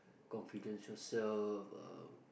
confidential so uh